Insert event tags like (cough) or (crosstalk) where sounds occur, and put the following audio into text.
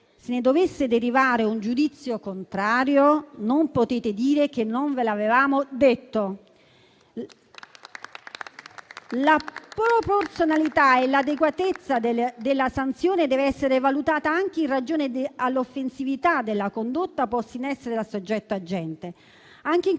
Se ne dovesse derivare un giudizio contrario, non potrete dire che non ve l'avevamo detto. (applause) La proporzionalità e l'adeguatezza della sanzione devono essere valutate anche in ragione dell'offensività della condotta posta in essere dal soggetto agente. Anche in